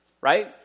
Right